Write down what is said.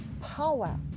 power